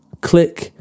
Click